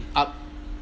up